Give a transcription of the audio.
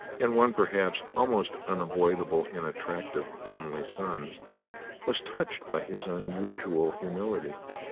and one perhaps almost unavoidable in attractive only sons was touched by his unusual humility,